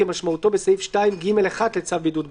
כמשמעותו בסעיף 2(ג1) לצו בידוד בית.